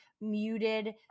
muted